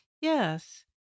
Yes